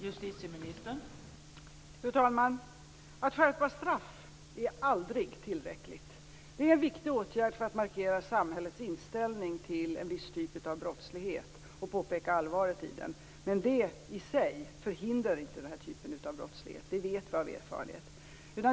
Fru talman! Att skärpa straff är aldrig tillräckligt. Det är en viktig åtgärd för att markera samhällets inställning till en viss typ av brottslighet och påpeka allvaret i den, men det i sig förhindrar inte den här typen av brottslighet. Det vet vi av erfarenhet.